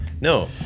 No